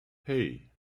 hey